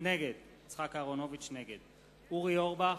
נגד אורי אורבך,